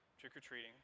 trick-or-treating